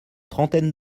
trentaine